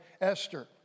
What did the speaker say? Esther